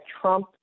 Trump